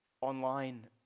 online